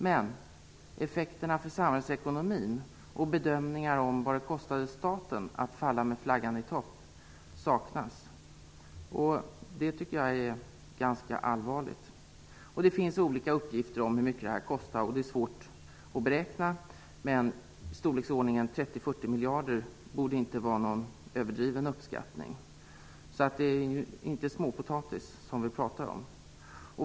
Men effekterna för samhällsekonomin och bedömningar av vad det kostade staten att falla med flaggan i topp saknas. Jag tycker att det är ganska allvarligt. Det finns olika uppgifter om hur mycket det här har kostat. Det är svårt att beräkna, men 30--40 miljarder borde inte vara någon överdriven uppskattning. Det är alltså inte småpotatis som vi talar om.